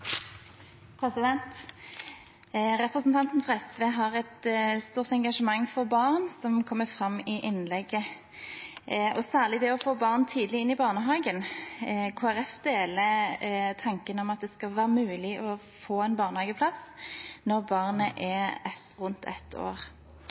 Representanten fra SV har et stort engasjement for barn, noe som kommer fram i innlegget, og særlig det å få barn tidlig inn i barnehagen. Kristelig Folkeparti deler tanken om at det skal være mulig å få en barnehageplass når barnet er